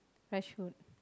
fresh food